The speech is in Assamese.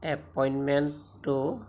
এপইণ্টমেণ্টটো